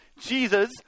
Jesus